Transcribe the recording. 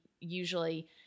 usually